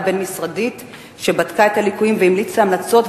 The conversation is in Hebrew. בין-משרדית שבדקה את הליקויים והמליצה המלצות,